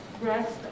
rest